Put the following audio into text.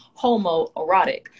homoerotic